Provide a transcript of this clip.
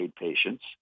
patients